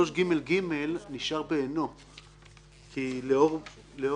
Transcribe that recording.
לרשויות מקומיות) תיקון סעיף 3ג1. בחוק יסוד: משק המדינה,